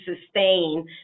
sustain